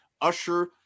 usher